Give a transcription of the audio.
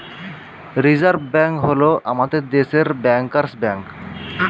reserve bank হল আমাদের দেশের ব্যাঙ্কার্স ব্যাঙ্ক